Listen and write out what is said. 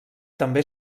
també